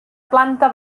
planta